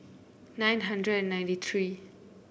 nine hundred and ninety three